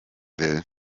will